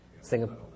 Singapore